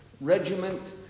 regiment